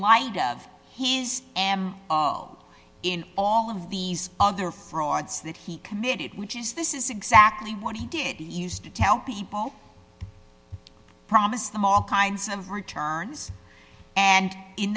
light of his am in all of these other frauds that he committed which is this is exactly what he did used to tell people promise them all kinds of returns and in